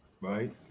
right